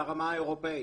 לרמה האירופאית.